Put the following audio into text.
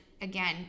Again